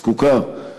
זקוקה.